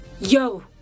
Yo